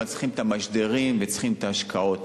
אבל צריכים את המשדרים וצריכים את ההשקעות.